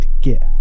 gift